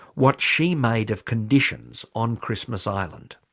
what she made of conditions on christmas island.